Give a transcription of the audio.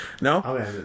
No